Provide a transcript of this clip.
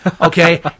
okay